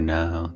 now